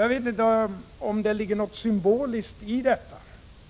Jag vet inte om det ligger något symboliskt i detta